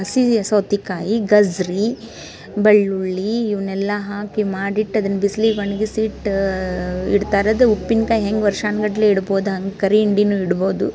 ಹಸಿ ಸೌತೇಕಾಯಿ ಗೆಜ್ಜುರಿ ಬೆಳ್ಳುಳ್ಳಿ ಇವನ್ನೆಲ್ಲ ಹಾಕಿ ಮಾಡಿಟ್ಟು ಅದನ್ನು ಬಿಸ್ಲಿಗೆ ಒಣಗಿಸಿಟ್ಟು ಇಡ್ತಾರೆ ಅದು ಉಪ್ಪಿನಕಾಯಿ ಹೇಗ್ ವರ್ಷಾನುಗಟ್ಲೆ ಇಡ್ಬೋದು ಹಾಗ್ ಕರಿ ಹಿಂಡಿಯೂ ಇಡ್ಬೋದು